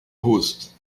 roost